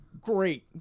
great